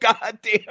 goddamn